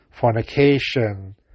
fornication